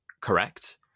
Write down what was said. correct